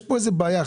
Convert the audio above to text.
יש פה איזו בעיה,